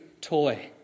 toy